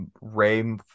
Ray